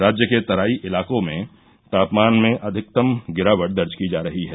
राज्य के तराई इलाको में तापमान में अधिकतम गिरावट दर्ज की जा रही है